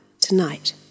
tonight